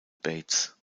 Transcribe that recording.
bates